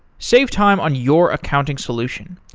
save time on your accounting solution.